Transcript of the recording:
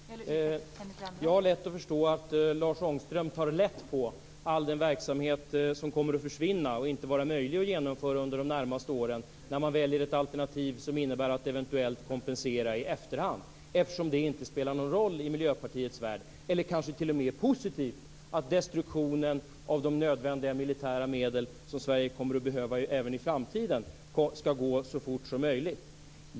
Fru talman! Jag har lätt att förstå att Lars Ångström tar lätt på all den verksamhet som kommer att försvinna och inte vara möjlig att genomföra under de närmaste åren när man väljer ett alternativ som innebär att eventuellt kompensera i efterhand. Det spelar inte någon roll i Miljöpartiets värld, eller det kanske t.o.m. är positivt, att destruktionen av de nödvändiga militära medel som Sverige kommer att behöva även i framtiden går så fort som möjligt.